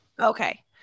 Okay